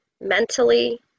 Mentally